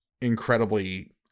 incredibly